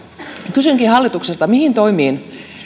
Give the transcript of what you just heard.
kysynkin hallitukselta mihin